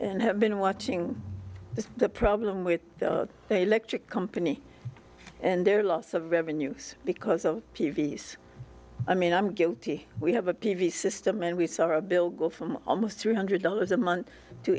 and have been watching this the problem with the electric company and their loss of revenues because of peavey's i mean i'm guilty we have a p v system and we saw a bill go from almost three hundred dollars a month to